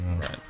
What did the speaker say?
Right